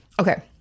Okay